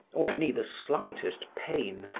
or any the slightest pain,